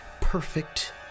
perfect